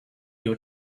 your